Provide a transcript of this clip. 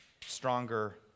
stronger